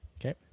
Okay